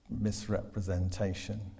misrepresentation